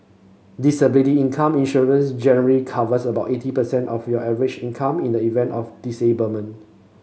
disability income insurance generally covers about eighty percent of your average income in the event of a disablement